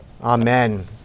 Amen